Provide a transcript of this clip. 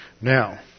Now